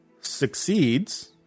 succeeds